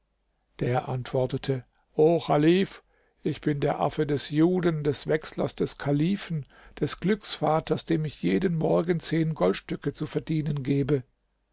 der antwortete o chalif ich bin der affe des juden des wechslers des kalifen des glücksvaters dem ich jeden morgen zehn goldstücke zu verdienen gebe